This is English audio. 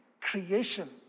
creation